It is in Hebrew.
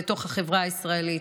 בתוך החברה הישראלית.